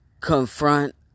confront